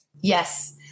yes